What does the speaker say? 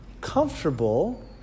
comfortable